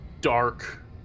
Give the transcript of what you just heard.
dark